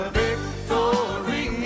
victory